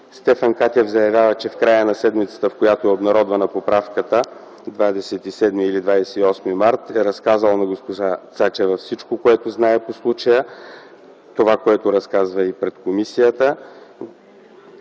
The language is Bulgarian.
Стефан Катев заявява, че в края на седмицата, в която е обнародвана поправката (27 и 28 март), е разказал на госпожа Цачева всичко, което знае по случая – това, което разказва и пред комисията.